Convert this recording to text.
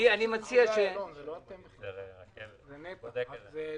לדעתי זה נת"ע.